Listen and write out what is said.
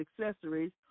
accessories